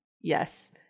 yes